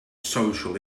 social